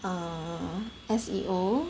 err S_E_O